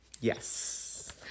Yes